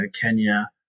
Kenya